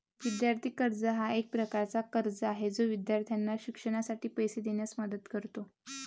विद्यार्थी कर्ज हा एक प्रकारचा कर्ज आहे जो विद्यार्थ्यांना शिक्षणासाठी पैसे देण्यास मदत करतो